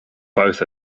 both